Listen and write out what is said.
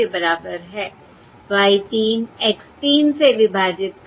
इसी तरह Y 2 X 2 से विभाजित कर H hat 2 के बराबर है